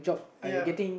ya